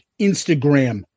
Instagram